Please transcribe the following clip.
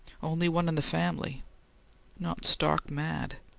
only one in the family not stark mad!